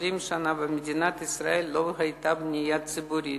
שנה לא היתה במדינת ישראל בנייה ציבורית,